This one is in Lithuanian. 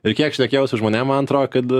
ir kiek šnekėjau su žmonėm man atrodo kad